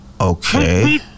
Okay